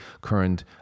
current